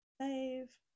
Save